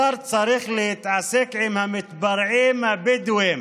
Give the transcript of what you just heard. השר צריך להתעסק עם המתפרעים הבדואים,